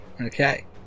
Okay